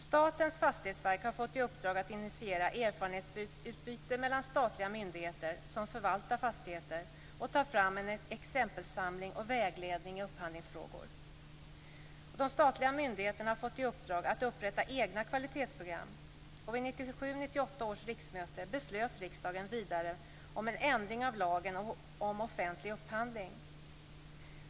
Statens fastighetsverk har fått i uppdrag att initiera erfarenhetsutbyte mellan statliga myndigheter som förvaltar fastigheter och att ta fram en exempelsamling och vägledning i upphandlingsfrågor. De statliga myndigheterna har fått i uppdrag att upprätta egna kvalitetsprogram. Vid 1997/98 års riksmöte beslöt riksdagen vidare om en ändring av lagen om offentlig upphandling.